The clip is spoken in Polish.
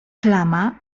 plama